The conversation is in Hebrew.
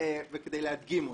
כדי להדגים אותן.